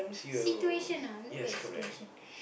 situation ah look at situation